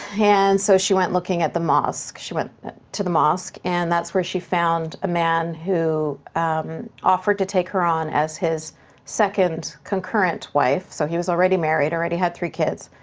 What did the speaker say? and so she went looking at the mosque. she went to the mosque and that's where she found a man who offered to take her on as his second concurrent wife, so he was already married, already had three kids.